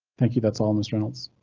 thank you, that's all ms reynolds.